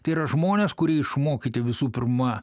yra žmonės kurie išmokyti visų pirma